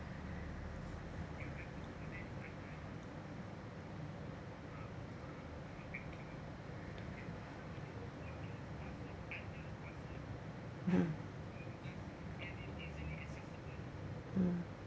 hmm mm